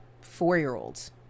four-year-olds